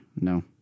No